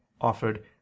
offered